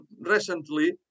recently